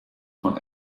von